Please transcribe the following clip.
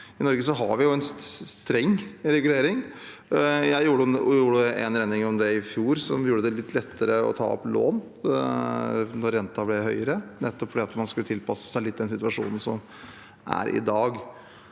I Norge har vi en streng regulering. Jeg gjorde en endring i fjor som gjorde det litt lettere å ta opp lån da renten ble høyere, nettopp for å tilpasse det litt til den situasjonen som er i dag.